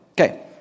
Okay